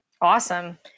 Awesome